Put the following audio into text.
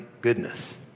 goodness